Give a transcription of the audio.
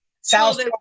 South